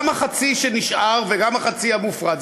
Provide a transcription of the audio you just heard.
גם החצי שנשאר וגם החצי המופרד,